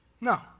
No